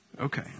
okay